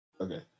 okay